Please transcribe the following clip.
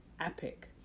epic